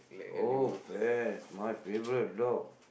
oh pets my favourite dog